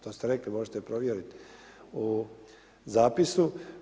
To ste rekli, možete provjeriti u zapisu.